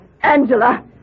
Angela